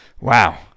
Wow